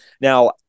Now